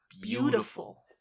beautiful